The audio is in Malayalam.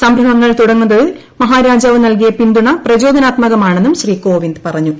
സംരംഭങ്ങൾ തുടങ്ങുന്നതിൽ മഹാരാജാവ് നൽകിയ പിന്തുണ പ്രചോദനാത്മകമാണെന്നും ശ്രീകോവിന്ദ് പറഞ്ഞു